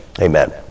amen